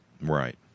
Right